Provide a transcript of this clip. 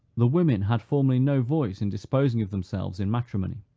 the women had formerly no voice in disposing of themselves in matrimony.